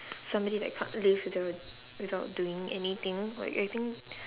somebody that can't live without without doing anything like I think